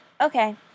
Okay